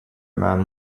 man